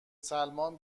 سلمان